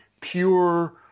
Pure